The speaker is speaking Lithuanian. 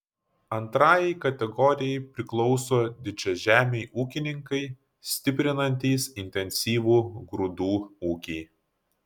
antrajai kategorijai priklauso didžiažemiai ūkininkai stiprinantys intensyvų grūdų ūkį